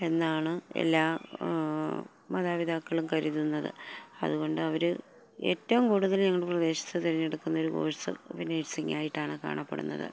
എന്നാണ് എല്ലാ മാതാപിതാക്കളും കരുതുന്നത് അതുകൊണ്ട് അവര് ഏറ്റവും കൂടുതൽ ഞങ്ങളുടെ പ്രദേശത്ത് തെരഞ്ഞെടുക്കുന്നൊരു കോഴ്സ് നേഴ്സിംഗായിട്ടാണ് കാണപ്പെടുന്നത്